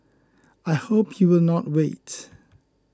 I hope you will not wait